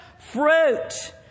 fruit